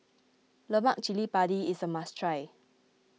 Lemak Cili Padi is a must try